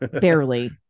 barely